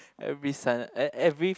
every Sunday uh every